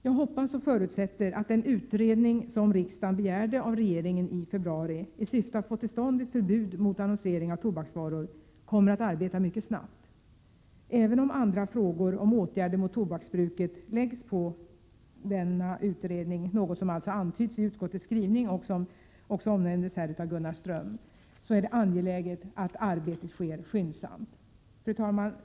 Jag hoppas och förutsätter att den utredning som riksdagen begärde av regeringen i februari, i syfte att få till stånd ett förbud mot annonsering av tobaksvaror, kommer att arbeta mycket snabbt. Även om andra frågor om åtgärder mot tobaksbruket skulle läggas på denna utredning, något som antyds i utskottets skrivning, och nämndes här av Gunnar Ström, är det angeläget att arbetet sker skyndsamt. Fru talman!